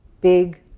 big